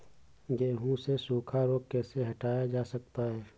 गेहूँ से सूखा रोग कैसे हटाया जा सकता है?